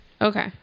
Okay